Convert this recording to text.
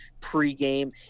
pre-game